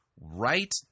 Right